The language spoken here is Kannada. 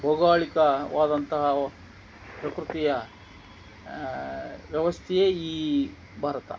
ಭೌಗೋಳಿಕವಾದಂತಹ ಪ್ರಕೃತಿಯ ವ್ಯವಸ್ಥೆಯೇ ಈ ಭಾರತ